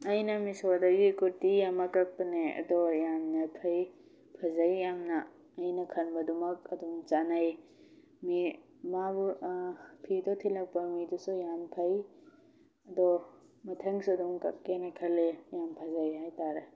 ꯑꯩꯅ ꯃꯤꯁꯣꯗꯒꯤ ꯀꯨꯔꯇꯤ ꯑꯃ ꯀꯛꯄꯅꯦ ꯑꯗꯣ ꯌꯥꯝꯅ ꯐꯩ ꯐꯖꯩ ꯌꯥꯝꯅ ꯑꯩꯅ ꯈꯟꯕꯗꯨꯃꯛ ꯑꯗꯨꯝ ꯆꯥꯟꯅꯩ ꯃꯤ ꯃꯥꯕꯨ ꯐꯤꯗꯣ ꯊꯤꯜꯂꯛꯄ ꯃꯤꯗꯨꯁꯨ ꯌꯥꯝ ꯐꯩ ꯑꯗꯣ ꯃꯊꯪꯁꯨ ꯑꯗꯨꯝ ꯀꯛꯀꯦꯅ ꯈꯜꯂꯤ ꯌꯥꯝ ꯐꯖꯩ ꯍꯥꯏꯇꯥꯔꯦ